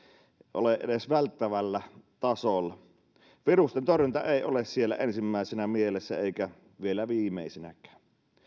ole edes välttävällä tasolla virusten torjunta ei ole siellä ensimmäisenä mielessä eikä vielä viimeisenäkään